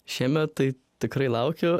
šiemet tai tikrai laukiu